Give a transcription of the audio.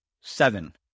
Seven